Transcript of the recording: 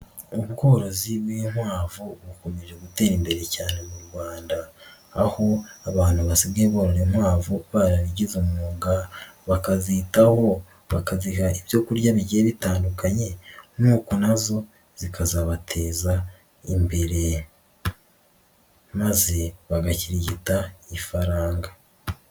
Ubworozi bw'inkwavu bukomeje gutera imbere cyane mu Rwanda, aho abantu basigaye borora inkwavu barabigize umwuga bakazitaho bakaziha ibyo kurya bigiye bitandukanye, nuko nazo zikazabateza imbere maze bagakirigita ifaranga.